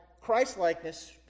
Christ-likeness